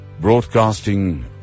broadcasting